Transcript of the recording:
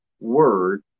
word